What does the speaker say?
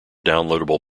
downloadable